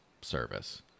service